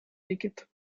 ticket